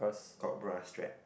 got bra strap